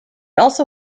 also